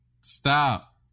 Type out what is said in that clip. Stop